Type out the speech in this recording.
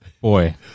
Boy